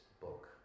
book